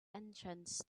entrance